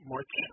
March